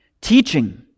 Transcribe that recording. teaching